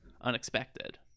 unexpected